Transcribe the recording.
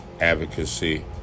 Advocacy